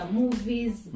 movies